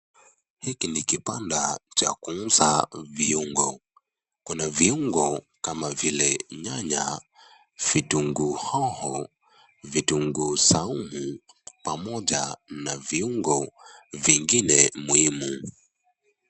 Hiki ni kibanda cha kuuza viungo . Kuna viungo kama vile nyanya, vitunguu hoho, vitunguu saumu pamoja na viungo vingine muhimu.